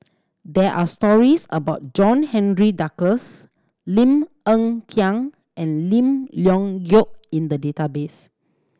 there are stories about John Henry Duclos Lim Hng Kiang and Lim Leong Geok in the database